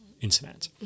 internet